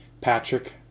Patrick